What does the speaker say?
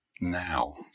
now